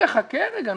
חכה רגע.